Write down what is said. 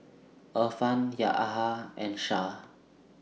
Irfan Yahaya and Shah